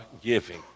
giving